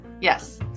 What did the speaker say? yes